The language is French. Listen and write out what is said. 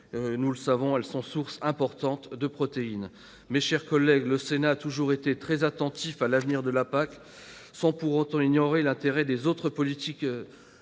Elles sont aussi une source importante de protéines. Mes chers collègues, le Sénat a toujours été très attentif à l'avenir de la PAC, sans pour autant ignorer l'intérêt des autres politiques